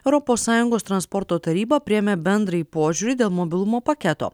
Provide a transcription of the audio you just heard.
europos sąjungos transporto taryba priėmė bendrąjį požiūrį dėl mobilumo paketo